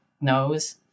knows